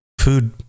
food